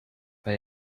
bij